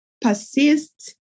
persist